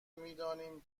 میدانیم